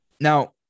Now